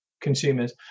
consumers